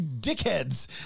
dickheads